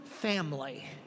family